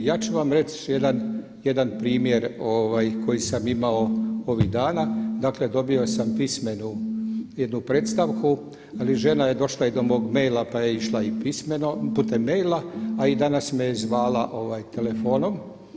Ja ću vam reći jedan primjer koji sam imao ovih dana, dakle dobio sam pismenu jednu predstavku ali žena je došla i do mog maila pa je išla i pismeno putem maila a i danas me je zvala telefonom.